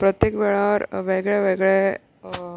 प्रत्येक वेळार वेगळे वेगळे